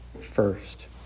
first